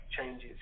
changes